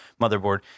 motherboard